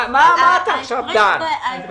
אנו